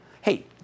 Hey